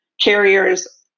carriers